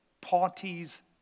parties